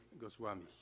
Goswami